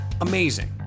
amazing